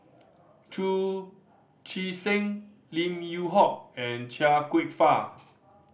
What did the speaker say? Chu Chee Seng Lim Yew Hock and Chia Kwek Fah